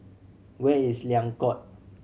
where is Liang Court